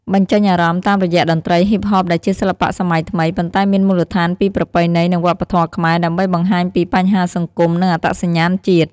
បញ្ចេញអារម្មណ៍ តាមរយៈតន្ត្រី ហ៊ីបហបដែលជាសិល្បៈសម័យថ្មី ប៉ុន្តែមានមូលដ្ឋានពីប្រពៃណី និងវប្បធម៌ខ្មែរ ដើម្បីបង្ហាញពីបញ្ហាសង្គម និងអត្តសញ្ញាណជាតិ។